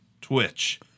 Twitch